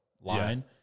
line